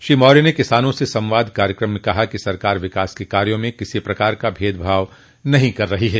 श्री मौर्य ने किसानों से संवाद कार्यक्रम में कहा कि सरकार विकास के कार्यो में किसी प्रकार का भेदभाव नहीं कर रही है